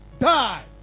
die